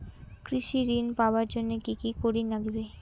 কৃষি ঋণ পাবার জন্যে কি কি করির নাগিবে?